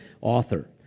author